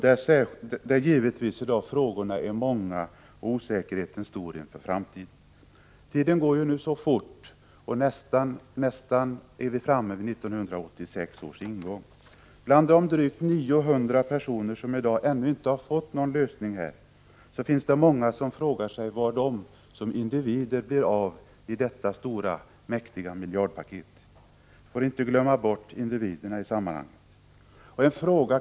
Där är givetvis frågorna många och osäkerheten stor inför framtiden. Tiden går nu fort. Vi är nästan framme vid 1986 års ingång. Bland de drygt 900 personer som i dag ännu inte fått någon lösning på sina sysselsättningsproblem finns det många som frågar vad det blir av dem som individer i samband med detta stora miljardpaket. Vi får inte glömma individerna i sammanhanget.